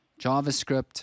JavaScript